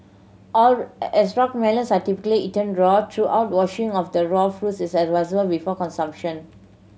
are as rock melons are typically eaten raw thorough washing of the raw fruits is advisable before consumption